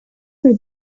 for